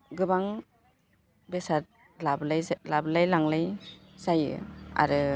गोबां बेसाद लाबोलाय लांलाय जायो आरो